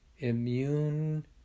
immune